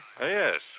Yes